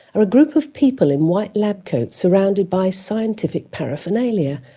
are a group of people in white lab coats surrounded by scientific paraphernalia,